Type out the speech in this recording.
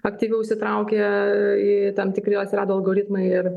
aktyviau įsitraukia į tam tikri atsirado algoritmai ir